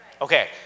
Okay